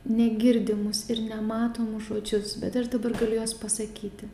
negirdimus ir nematomus žodžius bet ir dabar galiu juos pasakyti